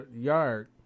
yard